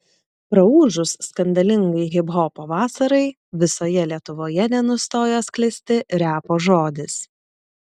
praūžus skandalingai hiphopo vasarai visoje lietuvoje nenustojo sklisti repo žodis